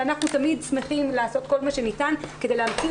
אנחנו תמיד שמחים לעשות כל מה שניתן כדי להמציא